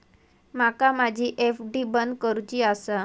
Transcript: माका माझी एफ.डी बंद करुची आसा